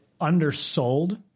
undersold